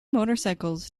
motorcycles